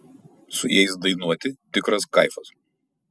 su jais dainuoti tikras kaifas